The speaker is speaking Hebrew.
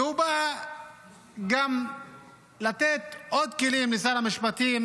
והוא בא גם לתת עוד כלים לשר המשפטים